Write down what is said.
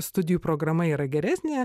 studijų programa yra geresnė